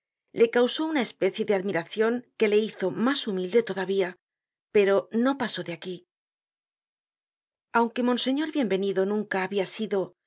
le causó una especie de admiracion que le hizo mas humilde todavía pero rfo pasó de aquí aunque monseñor bienvenido nunca habia sido